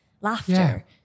laughter